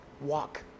walk